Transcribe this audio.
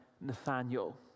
nathaniel